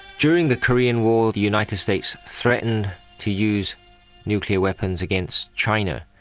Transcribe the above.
during the korean war the united states threatened to use nuclear weapons against china,